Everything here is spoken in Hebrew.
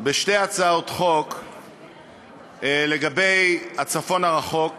בשתי הצעות חוק לגבי הצפון הרחוק,